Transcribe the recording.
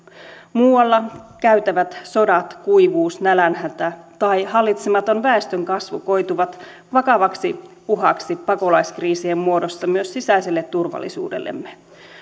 muualla käytävät sodat kuivuus nälänhätä ja hallitsematon väestönkasvu koituvat vakavaksi uhaksi pakolaiskriisien muodossa myös sisäiselle turvallisuudellemme